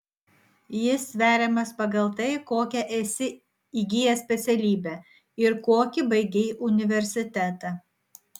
jis sveriamas pagal tai kokią esi įgijęs specialybę ir kokį baigei universitetą